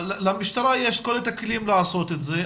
למשטרה יש את הכלים לעשות את זה.